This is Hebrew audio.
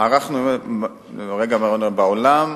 בעולם